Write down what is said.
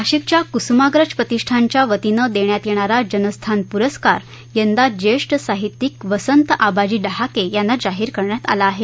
नाशिकच्या कुसुमाग्रज प्रतिष्ठानच्या वतीनं देण्यात येणारा जनस्थान पुरस्कार यंदा ज्येष्ठ साहित्यिक वसंत आबाजी डहाके यांना जाहीर करण्यात आला आहे